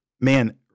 man